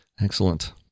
Excellent